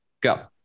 Go